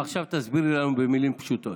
עכשיו תסבירי לנו במילים פשוטות.